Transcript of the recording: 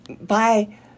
bye